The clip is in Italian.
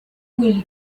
quelli